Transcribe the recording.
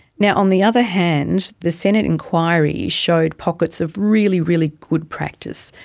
yeah on the other hand, the senate enquiry showed pockets of really, really good practice,